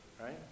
right